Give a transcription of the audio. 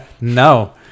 no